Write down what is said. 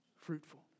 fruitful